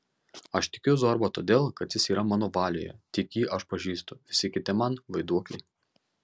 aš tikiu zorba todėl kad jis yra mano valioje tik jį aš pažįstu visi kiti man vaiduokliai